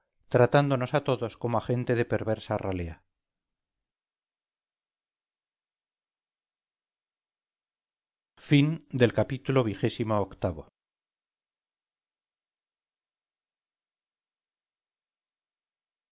tratándonos a todos como a gente de perversa ralea ii